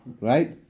right